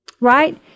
right